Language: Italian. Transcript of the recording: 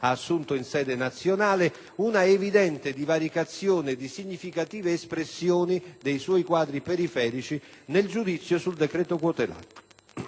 ha assunto in sede nazionale - una evidente divaricazione di significative espressioni dei suoi quadri periferici nel giudizio sul decreto quote latte.